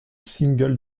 single